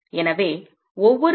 எனவே ஒவ்வொரு வளைவும் 0